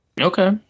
Okay